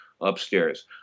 upstairs